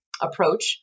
approach